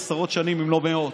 עשרות שנים אם לא מאות.